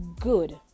good